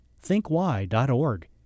thinkwhy.org